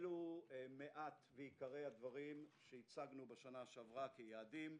אלו מעט ועיקרי הדברים שהצגנו בשנה שעברה כיעדים.